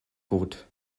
tot